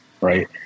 right